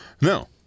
No